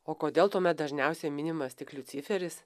o kodėl tuomet dažniausia minimas tik liuciferis